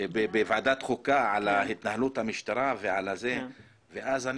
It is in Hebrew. עכשיו בוועדת חוקה על התנהלות המשטרה ואז אני